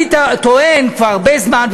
אני טוען כבר הרבה זמן,